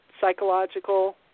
psychological